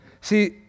See